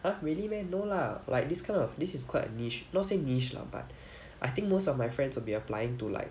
!huh! really meh no lah like this kind of this is quite a niche not say niche lah but I think most of my friends will be applying to like